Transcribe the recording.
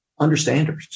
understanders